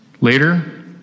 Later